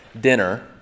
dinner